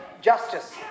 justice